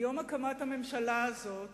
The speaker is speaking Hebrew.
מיום הקמת הממשלה הזאת